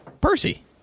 Percy